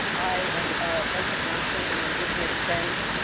i am a bunch of long standing indigenous friends,